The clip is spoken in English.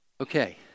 Okay